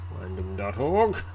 random.org